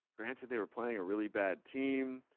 granted, they were playing a really bad team,